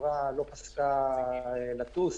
החברה לא פסקה לטוס,